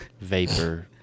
vapor